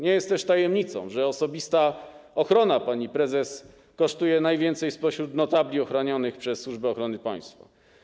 Nie jest też tajemnicą, że osobista ochrona pani prezes kosztuje najwięcej spośród notabli ochranianych przez Służbę Ochrony Państwa.